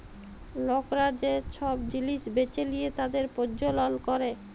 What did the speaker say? লকরা যে সব জিলিস বেঁচে লিয়ে তাদের প্রজ্বলল ক্যরে